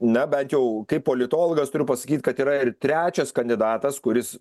na bent jau kaip politologas turiu pasakyt kad yra ir trečias kandidatas kuris